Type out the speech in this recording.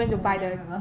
I remember